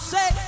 Say